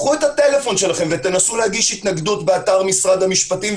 קחו את הטלפון שלכם ותנסו להגיש התנגדות באתר משרד המשפטים.